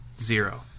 zero